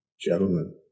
gentlemen